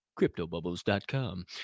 CryptoBubbles.com